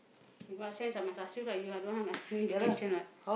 in what sense I must ask you lah you are the one asking me the question what